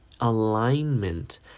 alignment